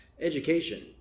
Education